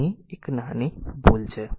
અહીં એક નાની ભૂલ છે